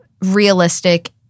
realistic